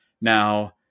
now